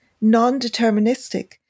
non-deterministic